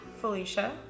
Felicia